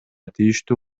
тийиштүү